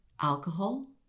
alcohol